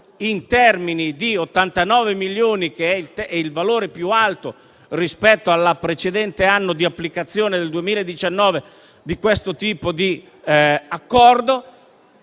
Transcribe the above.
in termini di 89 milioni, che è il valore più alto rispetto al precedente anno di applicazione (2019) di questo tipo di accordo.